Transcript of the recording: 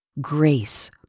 grace